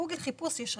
גוגל חיפוש יש אחד,